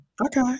Okay